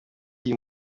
iyi